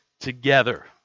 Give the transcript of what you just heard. together